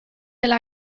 alla